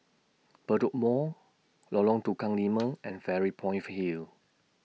Bedok Mall Lorong Tukang Lima and Fairy Point Hill